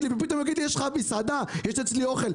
פתאום הוא יגיד לי: יש לך מסעדה כי יש אצלי אוכל.